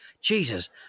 Jesus